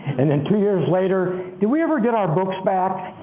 and then two years later, did we ever get our books back?